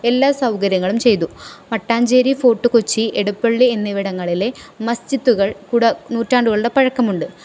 എല്ലാ സൗകര്യങ്ങളും ചെയ്തു മട്ടാഞ്ചേരി ഫോർട്ട് കൊച്ചി ഇടപ്പള്ളി എന്നിവിടങ്ങളിലെ മസ്ജിദുകള് നൂറ്റാണ്ടുകളുടെ പഴക്കമുണ്ട്